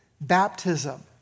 baptism